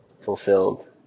fulfilled